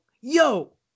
yo